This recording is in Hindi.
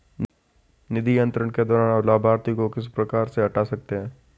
निधि अंतरण के दौरान लाभार्थी को किस प्रकार से हटा सकते हैं?